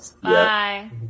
Bye